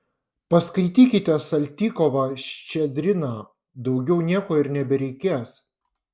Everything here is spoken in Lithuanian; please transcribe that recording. paskaitykite saltykovą ščedriną daugiau nieko ir nebereikės